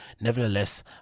nevertheless